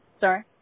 Sorry